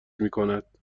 میکند